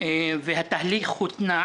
והתהליך הותנע,